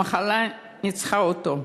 המחלה ניצחה אותו,